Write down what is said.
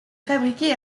fabriquée